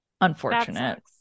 unfortunate